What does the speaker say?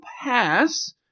pass